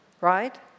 right